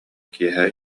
киэһэ